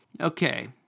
Okay